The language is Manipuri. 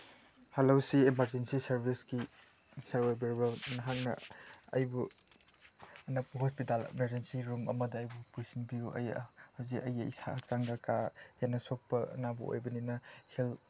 ꯍꯜꯂꯣ ꯁꯤ ꯏꯃꯥꯔꯖꯦꯟꯁꯤ ꯁꯥꯔꯕꯤꯁꯀꯤ ꯁꯥꯔ ꯑꯣꯏꯕꯤꯔꯕ꯭ꯔꯥ ꯅꯍꯥꯛꯅ ꯑꯩꯕꯨ ꯑꯅꯛꯄ ꯍꯣꯁꯄꯤꯇꯥꯜ ꯏꯃꯥꯔꯖꯦꯔꯟꯁꯤ ꯔꯨꯝ ꯑꯃꯗ ꯑꯩꯕꯨ ꯄꯨꯁꯤꯟꯕꯤꯌꯨ ꯑꯩ ꯍꯧꯖꯤꯛ ꯑꯩꯒꯤ ꯏꯁꯥ ꯍꯛꯆꯥꯡꯗ ꯀꯥ ꯍꯦꯟꯅ ꯁꯣꯛꯄ ꯑꯅꯥꯕ ꯑꯣꯏꯕꯅꯤꯅ ꯍꯦꯜ